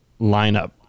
lineup